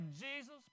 Jesus